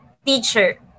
Teacher